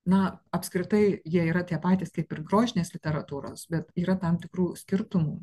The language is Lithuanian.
na apskritai jie yra tie patys kaip ir grožinės literatūros bet yra tam tikrų skirtumų